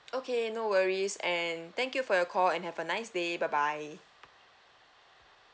okay no worries and thank you for your call and have a nice day bye bye